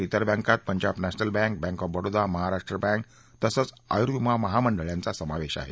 इतर बँकात Punjab national bank bank of Baroda Maharashtra bank तसंच आयुर्विमा महामंडळ यांचा समावेश आहे